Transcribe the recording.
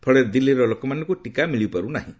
ଫଳରେ ଦିଲ୍ଲୀର ଲୋକମାନଙ୍କୁ ଟିକା ମିଳିପାରୁ ନାହିଁ